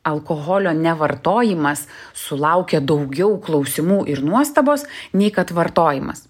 alkoholio nevartojimas sulaukia daugiau klausimų ir nuostabos nei kad vartojimas